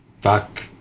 Fuck